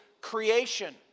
creation